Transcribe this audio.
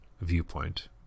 viewpoint